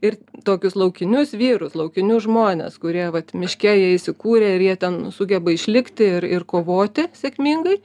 ir tokius laukinius vyrus laukinius žmones kurie vat miške jie įsikūrė ir jie ten sugeba išlikti ir ir kovoti sėkmingai